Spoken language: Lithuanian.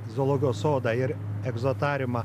zoologijos sodą ir egzotariumą